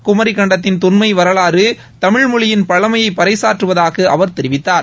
குமரிக்கண்டத்தின் தொன்மை வரலாறு தமிழ் மொழியின் பழமையை பறைசாற்றுவதாக அவர் தெரிவித்தார்